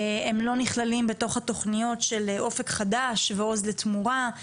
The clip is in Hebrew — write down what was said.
הם לא נכללים בתוך התכניות של אופק חדש ועוז לתמורה,